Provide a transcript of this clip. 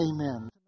Amen